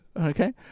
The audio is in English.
Okay